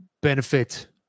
benefit